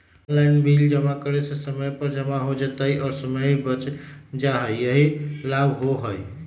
Online bill जमा करे से समय पर जमा हो जतई और समय भी बच जाहई यही लाभ होहई?